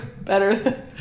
better